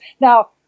Now